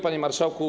Panie Marszałku!